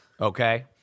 okay